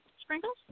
Sprinkles